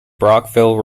brockville